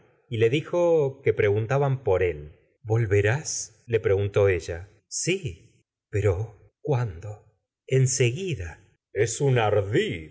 y le dijo que preguntaban por ól volverás le preguntó ella sí pero cuándo en seguida es un